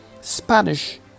Spanish